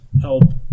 help